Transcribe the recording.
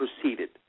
proceeded